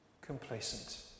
complacent